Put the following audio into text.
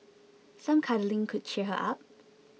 some cuddling could cheer her up